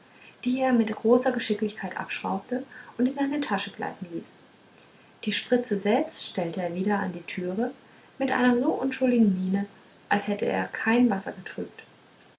die er mit großer geschicklichkeit abschraubte und in seine tasche gleiten ließ die spritze selbst stellte er wieder an die türe mit einer so unschuldigen miene als hätte er kein wasser getrübt